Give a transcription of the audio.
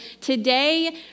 today